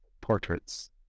portraits